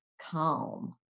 calm